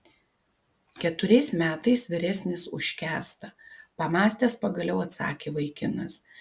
keturiais metais vyresnis už kęstą pamąstęs pagaliau atsakė vaikinas